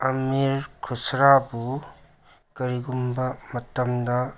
ꯑꯃꯤꯔ ꯈꯨꯁꯔꯥꯕꯨ ꯀꯔꯤꯒꯨꯝꯕ ꯃꯇꯝꯗ